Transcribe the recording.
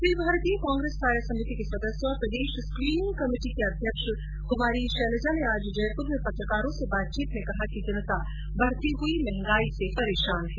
अखिल भारतीय कांग्रेस कार्य समिति सदस्य और प्रदेश स्क्रीनिंग कमेटी की अध्यक्ष कुमारी शैलजा ने आज जयपुर में पत्रकारों से बातचीत में कहा कि जनता बढ़ती हुई महंगाई से परेशान है